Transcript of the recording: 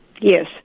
Yes